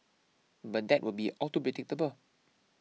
but that would be all too predictable